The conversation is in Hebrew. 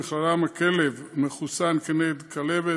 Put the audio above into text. ובכללם הכלב מחוסן כנגד כלבת,